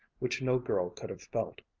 which no girl could have felt.